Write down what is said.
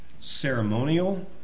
ceremonial